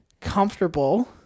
comfortable